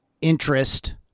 interest